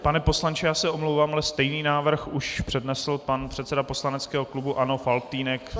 Pane poslanče, já se omlouvám, ale stejný návrh už přednesl předseda poslaneckého klubu ANO Faltýnek.